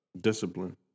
discipline